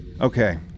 Okay